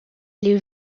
les